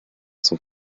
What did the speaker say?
zum